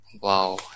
Wow